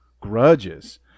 grudges